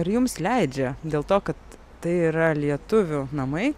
ar jums leidžia dėl to kad tai yra lietuvių namai